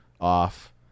off